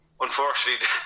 Unfortunately